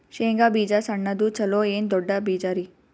ಶೇಂಗಾ ಬೀಜ ಸಣ್ಣದು ಚಲೋ ಏನ್ ದೊಡ್ಡ ಬೀಜರಿ?